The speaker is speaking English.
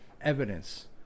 evidence